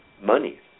money